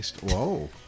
Whoa